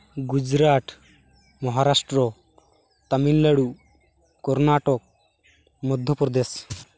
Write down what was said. Gujarat Maharashtra Tamil Nadu Karnataka Madhya Pradesh